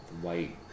white